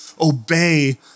obey